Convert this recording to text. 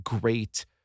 great